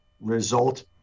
result